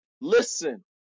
Listen